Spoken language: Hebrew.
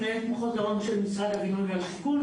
מנהלת מחוז דרום של משרד הבינוי והשיכון.